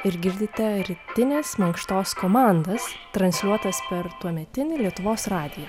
ir girdite rytinės mankštos komandas transliuotas per tuometinį lietuvos radiją